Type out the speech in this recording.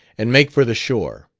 and make for the shore.